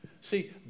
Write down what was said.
See